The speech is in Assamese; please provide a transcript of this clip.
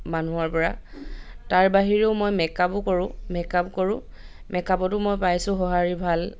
মানুহৰ পৰা তাৰ বাহিৰেও মই মেকআপো কৰোঁ মেকআপ কৰোঁ মেকআপতো মই পাইছোঁ সঁহাৰি ভাল